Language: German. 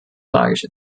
tragisch